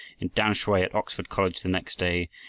in tamsui at oxford college the next day,